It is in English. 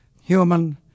human